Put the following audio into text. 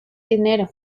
dinero